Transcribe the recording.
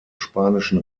spanischen